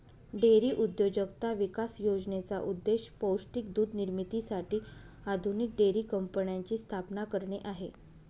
dairy उद्योजकता विकास योजनेचा उद्देश पौष्टिक दूध निर्मितीसाठी आधुनिक डेअरी कंपन्यांची स्थापना करणे आहे